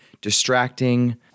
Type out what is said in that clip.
distracting